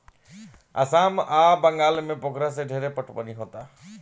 आसाम आ बंगाल में पोखरा से ढेरे पटवनी होता